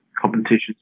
Competition's